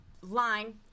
line